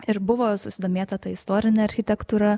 ir buvo susidomėta ta istorine architektūra